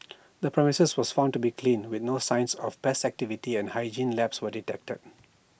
the premises was found to be clean with no signs of pest activity and hygiene lapse were detected